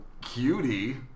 cutie